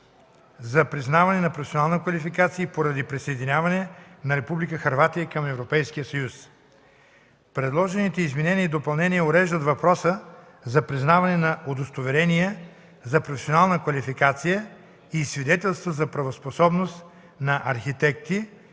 за признаване на професионални квалификации поради присъединяването на Република Хърватия към Европейския съюз. Предложените изменения и допълнения уреждат въпроса за признаването на удостоверения за професионална квалификация и свидетелства за правоспособност на архитекти,